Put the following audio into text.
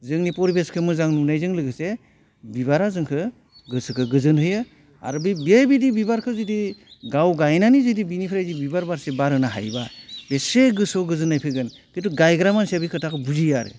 जोंनि फरिबेसखौ मोजां नुनायजों लोगोसे बिबारा जोंखौ गोसोखौ गोजोन होयो आरो बै बेबायदि बिबारखो जुदि गावगायनानै जुदि बिनिफ्राय जुदि बिबार बारसे बारहोनो हायोबा बेसे गोसोआव गोजोननाय फैगोन खिन्तु गायग्रा मानसिया बे खोथाखौ बुजियो आरो